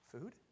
food